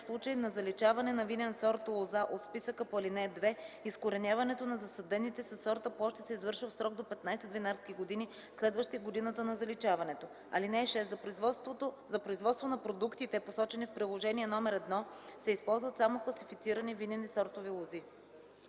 случай на заличаване на винен сорт лоза от списъка по ал. 2, изкореняването на засадените със сорта площи се извършва в срок до 15 винарски години, следващи годината на заличаването. (6) За производство на продуктите, посочени в Приложение № 1, се използват само класифицирани винени сортове лози.”